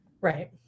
right